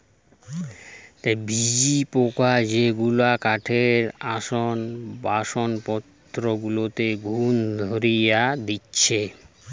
ঝিঝি পোকা যেগুলা কাঠের আসবাবপত্র গুলাতে ঘুন ধরিয়ে দিতেছে